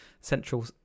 central